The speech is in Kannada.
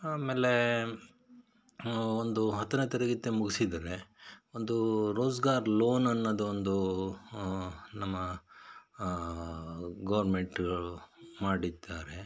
ಆಮೇಲೆ ಒಂದು ಹತ್ತನೆ ತರಗತಿ ಮುಗಿಸಿದ್ರೆ ಒಂದು ರೋಝ್ಗಾರ್ ಲೋನ್ ಅನ್ನೊದ್ ಒಂದು ನಮ್ಮ ಗೌರ್ಮೆಂಟು ಮಾಡಿದ್ದಾರೆ